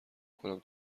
کنم